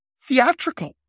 theatrical